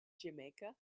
jamaica